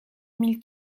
mille